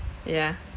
yeah